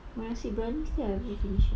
nasi briyani still haven't finish yet